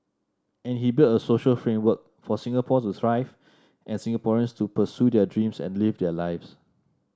and he build a social framework for Singapore to thrive and Singaporeans to pursue their dreams and live their lives